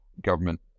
government